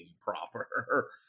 proper